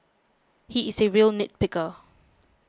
he is a real nit picker